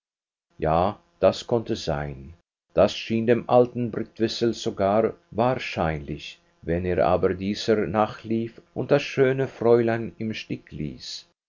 gestr ja das konnte sein das schien dem alten brktzwisl sogar wahrscheinlich wenn er aber dieser nachlief und das schöne fräulein im stich